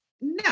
no